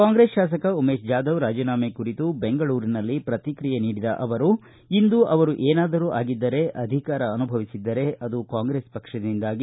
ಕಾಂಗ್ರೆಸ್ ಶಾಸಕ ಉಮೇಶ ಜಾಧವ ರಾಜೀನಾಮೆ ಕುರಿತು ಬೆಂಗಳೂರಿನಲ್ಲಿ ಪ್ರತಿಕ್ರಿಯೆ ನೀಡಿದ ಅವರು ಇಂದು ಅವರು ಏನಾದರೂ ಆಗಿದ್ದರೆ ಅಧಿಕಾರ ಅನುಭವಿಸಿದ್ದರೆ ಅದು ಕಾಂಗ್ರೆಸ್ ಪಕ್ಷದಿಂದಾಗಿ